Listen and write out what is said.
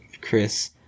Chris